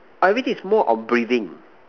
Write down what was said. everything is more on breathing